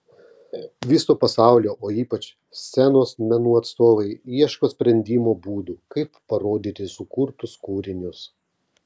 viso pasaulio o ypač scenos menų atstovai ieško sprendimo būdų kaip parodyti sukurtus kūrinius